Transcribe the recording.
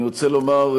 אני רוצה לומר,